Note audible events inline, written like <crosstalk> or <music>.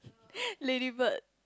<laughs> lady bird